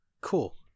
Cool